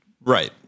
Right